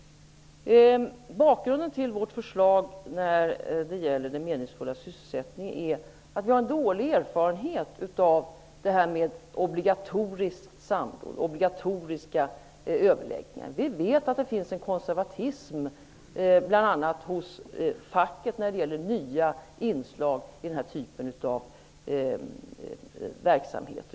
Bakgrunden till vårt förslag om meningsfull sysselsättning är de dåliga erfarenheterna av obligatoriska samråd och överläggningar. Vi vet att det finns en konservativ inställning hos bl.a. facket när det gäller nya inslag i den typen av verksamhet.